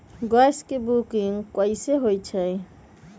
Gas के booking कैसे होईछई?